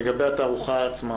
לגבי התערוכה עצמה